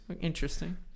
Interesting